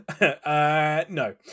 no